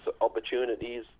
opportunities